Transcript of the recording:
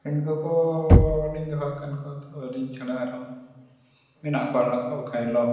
ᱤᱱᱠᱩ ᱠᱚᱻᱞᱤᱧ ᱫᱚᱦᱚ ᱟᱠᱟᱫ ᱠᱚᱣᱟ ᱛᱳ ᱟᱹᱞᱤᱧ ᱪᱷᱟᱰᱟ ᱟᱨᱦᱚᱸ ᱢᱮᱱᱟᱜ ᱠᱚᱣᱟ ᱚᱲᱟᱜ ᱠᱚᱨᱮ ᱚᱠᱟ ᱦᱤᱞᱳᱜ